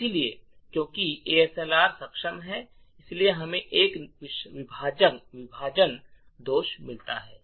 इसलिए क्योंकि एएसएलआर सक्षम है इसलिए हमें एक विभाजन दोष मिलता है